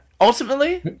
Ultimately